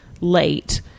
late